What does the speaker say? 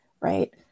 right